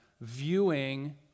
viewing